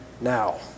now